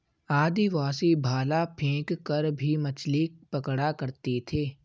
आदिवासी भाला फैंक कर भी मछली पकड़ा करते थे